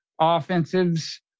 offensives